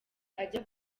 ajya